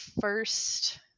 first